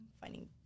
finding